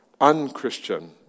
Unchristian